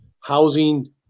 housing